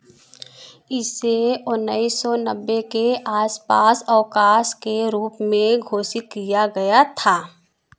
इसे उन्नीस सौ नब्बे के आस पास अवकाश के रूप में घोषित किया गया था